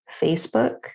Facebook